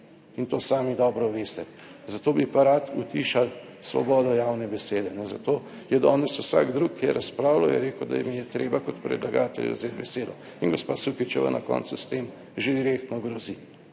To sami dobro veste, zato bi pa rad utišali svobodo javne besede, ne, zato je danes vsak drug, ki je razpravljal, je rekel, da jim je treba kot predlagatelju vzeti besedo in gospa Sukičeva na koncu s tem že direktno grozi.